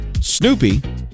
Snoopy